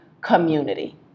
community